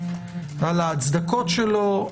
על ההצדקות שלו,